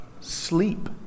sleep